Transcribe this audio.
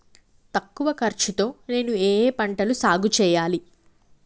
తక్కువ ఖర్చు తో నేను ఏ ఏ పంటలు సాగుచేయాలి?